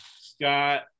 Scott